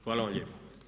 Hvala vam lijepa.